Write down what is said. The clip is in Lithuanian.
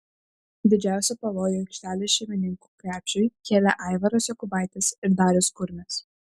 didžiausią pavojų aikštelės šeimininkų krepšiui kėlė aivaras jokubaitis ir darius kurmis